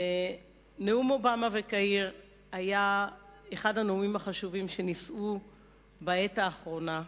נאום אובמה בקהיר היה אחד הנאומים החשובים שנישאו בעת האחרונה,